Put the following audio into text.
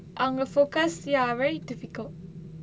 அவங்க:avanga focus ya very typical